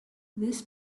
this